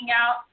out